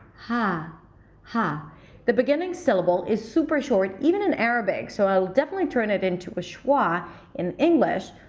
ha ha the beginning syllable is super short even in arabic, so i'll definitely turn it into a schwa in english.